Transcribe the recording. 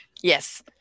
Yes